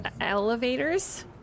elevators